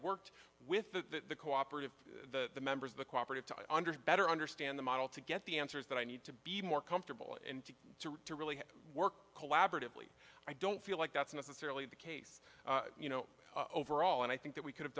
worked with the cooperative the members of the cooperative to better understand the model to get the answers that i need to be more comfortable and to really work collaboratively i don't feel like that's necessarily the case you know overall and i think that we could have